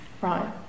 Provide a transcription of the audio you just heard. Right